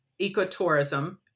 ecotourism